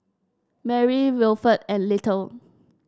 Merri Wilfred and Little